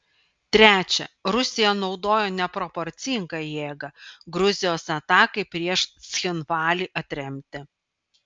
trečia rusija naudojo neproporcingą jėgą gruzijos atakai prieš cchinvalį atremti